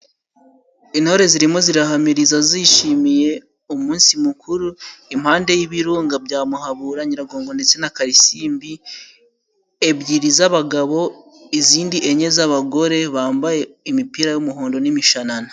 Intore zirimo zirahamiriza zishimiye umunsi mukuru, impande y'ibirunga bya muhabura, nyiragongo, ndetse na karilisimbi, ebyiri z'abagabo, izindi enye z'abagore bambaye imipira y'umuhondo n'imishanana.